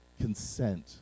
consent